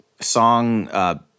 Song